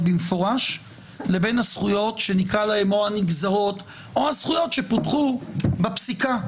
במפורש לבין הנגזרות או הזכויות שפותחו בפסיקה.